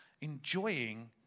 enjoying